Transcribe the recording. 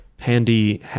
Handy